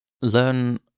learn